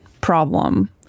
problem